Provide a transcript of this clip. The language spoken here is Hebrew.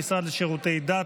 המשרד לשירותי דת,